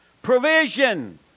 Provision